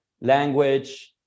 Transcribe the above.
language